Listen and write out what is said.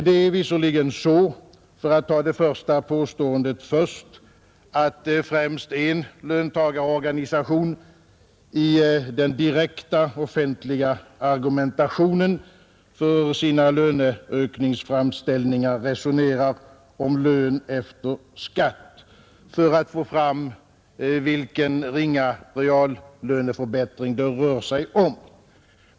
Det är visserligen så, för att börja med det första påståendet, att en löntagarorganisation i den direkta offentliga argumen tationen för sina löneökningsframställningar resonerat om lön efter skatt för att få fram vilken ringa reallöneförbättring det rör sig om.